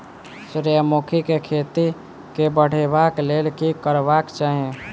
सूर्यमुखी केँ खेती केँ बढ़ेबाक लेल की करबाक चाहि?